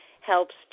helps